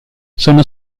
sono